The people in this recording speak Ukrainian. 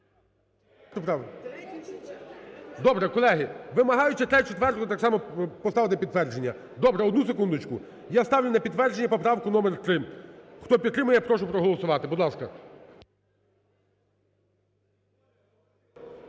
Добре, колеги, вимагають ще 3-ю і 4-у так само поставити підтвердження. Добре, одну секундочку. Я ставлю на підтвердження поправку номер 3. Хто підтримує, я прошу проголосувати. Будь ласка.